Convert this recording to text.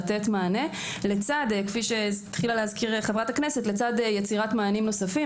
לתת מענה לצד יצירת מענים נוספים.